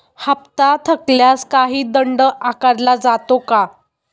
हप्ता थकल्यास काही दंड आकारला जातो का?